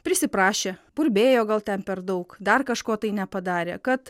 prisiprašė burbėjo gal ten per daug dar kažko tai nepadarė kad